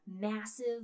massive